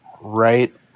Right